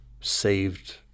saved